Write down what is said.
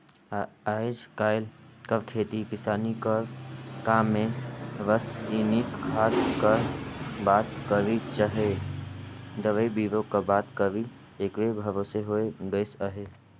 आएज काएल कर खेती किसानी कर काम में रसइनिक खाद कर बात करी चहे दवई बीरो कर बात करी एकरे भरोसे होए गइस अहे